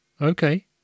Okay